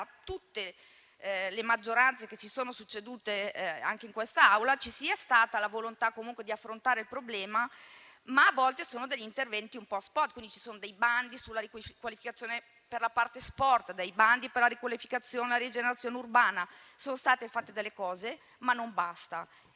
tutte le maggioranze che ci sono succedute in quest'Aula ci sia stata la volontà di affrontare il problema, ma a volte gli interventi sono degli *spot*; ci sono dei bandi sulla riqualificazione per la parte sport, bandi per la riqualificazione e la rigenerazione urbana: sono state fatte delle cose, ma non basta.